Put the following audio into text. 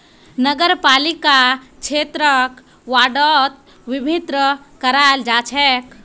नगरपालिका क्षेत्रक वार्डोत विभक्त कराल जा छेक